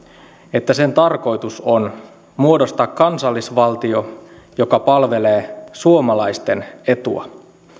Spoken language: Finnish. että sen tarkoitus on muodostaa kansallisvaltio joka palvelee suomalaisten etua